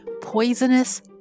Poisonous